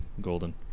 golden